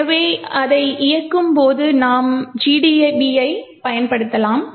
எனவே அதை இயக்கும்போது நாம் GDB ஐப் பயன்படுத்தலாம்